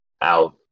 out